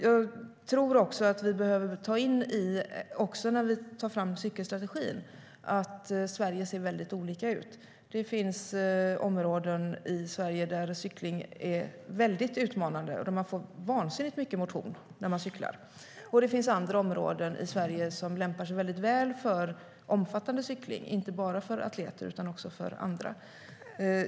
Jag tror att vi, när vi tar fram cykelstrategin, också behöver ta in att det ser väldigt olika ut i Sverige. Det finns områden i Sverige där cykling är väldigt utmanande, där man får vansinnigt mycket motion när man cyklar, och det finns andra områden i Sverige som lämpar sig väldigt väl för omfattande cykling, inte bara för atleter utan också för andra.